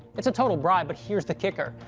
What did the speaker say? it's a total bribe, but here's the kicker.